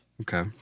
Okay